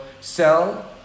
sell